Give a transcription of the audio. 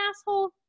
asshole